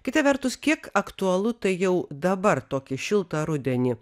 kita vertus kiek aktualu tai jau dabar tokį šiltą rudenį